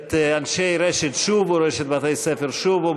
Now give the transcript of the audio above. את אנשי רשת "שובו" רשת בתי-הספר "שובו",